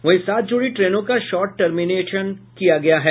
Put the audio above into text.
वहीं सात जोड़ी ट्रेनों को शार्ट टर्मिनेटेड किया गया है